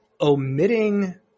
omitting